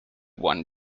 one